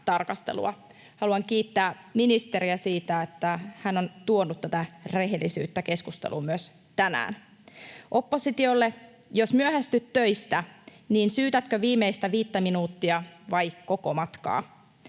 Haluan kiittää ministeriä siitä, että hän on tuonut tätä rehellisyyttä keskusteluun myös tänään. Oppositiolle: Jos myöhästyt töistä, niin syytätkö viimeistä viittä minuuttia vai koko matkaa?